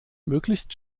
möglichst